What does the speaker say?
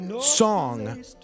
song